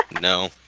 No